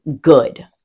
good